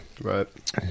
Right